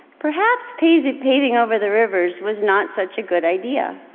perhaps, paving paving over the rivers was not such a good idea.